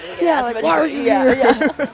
yes